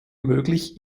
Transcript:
möglich